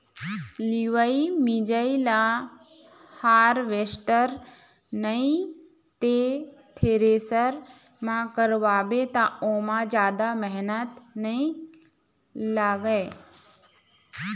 लिवई मिंजई ल हारवेस्टर नइ ते थेरेसर म करवाबे त ओमा जादा मेहनत नइ लागय